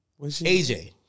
AJ